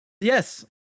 Yes